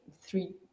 three